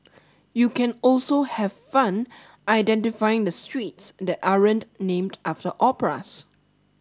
you can also have fun identifying the streets that aren't named after operas